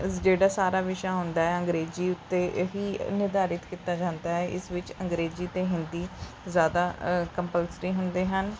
ਜਿਹੜਾ ਸਾਰਾ ਵਿਸ਼ਾ ਹੁੰਦਾ ਹੈ ਅੰਗਰੇਜ਼ੀ ਉੱਤੇ ਹੀ ਨਿਰਧਾਰਤ ਕੀਤਾ ਜਾਂਦਾ ਹੈ ਇਸ ਵਿੱਚ ਅੰਗਰੇਜ਼ੀ ਅਤੇ ਹਿੰਦੀ ਜ਼ਿਆਦਾ ਕੰਪਲਸਰੀ ਹੁੰਦੇ ਹਨ